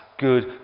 Good